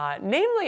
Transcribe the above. Namely